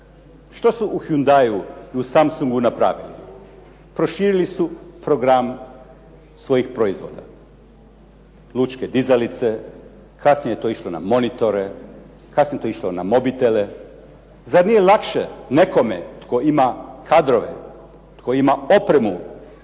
šta su u Hyundaiu i u Samsungu napravili? Proširili su program svojih proizvoda, lučke dizalice, kasnije je to išlo na monitore, kasnije je to išlo na mobitele. Zar nije lakše nekome tko ima kadrove, tko ima opremu,